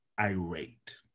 irate